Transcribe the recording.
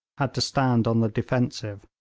had to stand on the defensive.